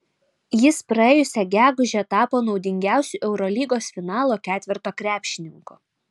jis praėjusią gegužę tapo naudingiausiu eurolygos finalo ketverto krepšininku